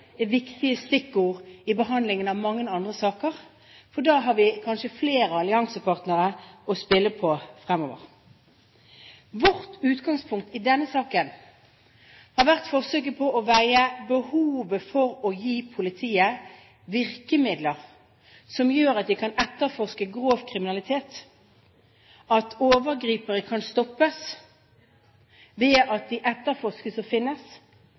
er sånn at personvern nå er et viktig stikkord i behandlingen av mange andre saker, for da har vi kanskje flere alliansepartnere å spille på fremover. Vårt utgangspunkt i denne saken har vært forsøket på å veie behovet for å gi politiet virkemidler som gjør at de kan etterforske grov kriminalitet, at overgripere kan stoppes ved at de etterforskes og finnes,